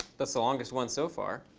the so longest one so far.